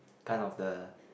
kind of the